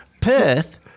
Perth